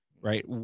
Right